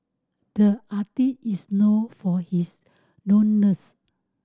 the artist is known for his